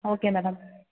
okay madam